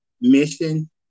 Mission